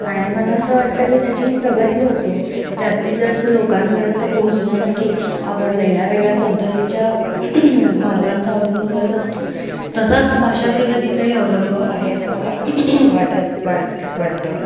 आणि मला असं वाटतं की त्याचीही प्रगती होते आहे जास्तीत जास्त लोकांपर्यंत पोहोचण्यासाठी आपण वेगळ्या वेगळ्या पद्धतीच्या मार्गांचा अवलंब करत असतो तसाच हा भाषा प्रगतीचाही अवलंब आहे असं मला वाटतं वाट वाटतं